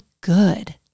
good